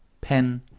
pen